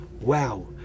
Wow